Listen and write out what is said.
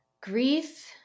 grief